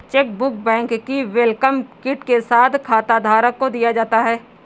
chequebook bank की welcome kit के साथ खाताधारक को दिया जाता है